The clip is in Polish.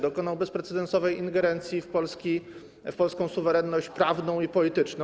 Dokonał bezprecedensowej ingerencji w polską suwerenność prawną i polityczną.